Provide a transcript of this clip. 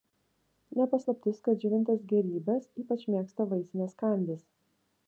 ne paslaptis kad džiovintas gėrybes ypač mėgsta vaisinės kandys